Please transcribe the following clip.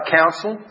counsel